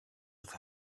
with